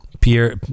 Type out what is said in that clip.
Pierre